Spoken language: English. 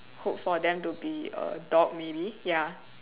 hope for them to be a dog maybe ya